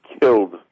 killed